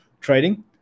trading